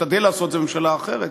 תשתדל לעשות את זה, ממשלה אחרת,